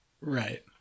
Right